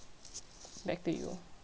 back to you